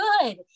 good